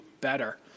better